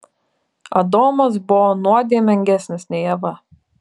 adomas buvo nuodėmingesnis nei ieva